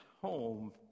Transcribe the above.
home